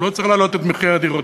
לא צריך להעלות את מחיר הדירות.